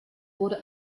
wurde